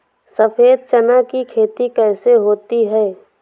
सफेद चना की खेती कैसे होती है?